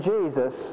Jesus